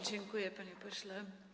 Dziękuję, panie pośle.